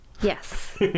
Yes